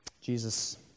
Jesus